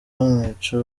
bamwica